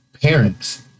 parents